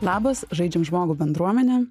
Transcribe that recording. labas žaidžiam žmogų bendruomene